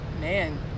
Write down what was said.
man